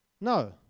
no